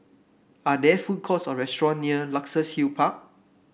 are there food courts or restaurant near Luxus Hill Park